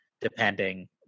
depending